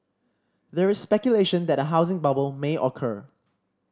there is speculation that a housing bubble may occur